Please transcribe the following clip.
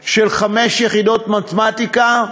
קמפיין של חמש יחידות במתמטיקה,